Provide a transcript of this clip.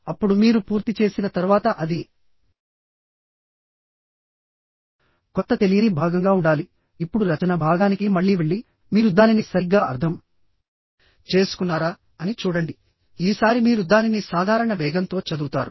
అప్పుడు మీరు పూర్తి చేసిన తర్వాత అది కొత్త తెలియని భాగంగా ఉండాలి ఇప్పుడు రచన భాగానికి మళ్ళీ వెళ్లి మీరు దానిని సరిగ్గా అర్థం చేసుకున్నారా అని చూడండిఈసారి మీరు దానిని సాధారణ వేగంతో చదువుతారు